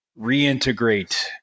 reintegrate